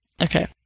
Okay